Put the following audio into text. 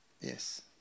Yes